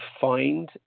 find